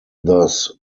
thus